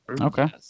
Okay